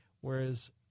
Whereas